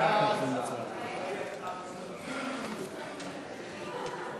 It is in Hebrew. ההסתייגות של קבוצת סיעת יהדות התורה,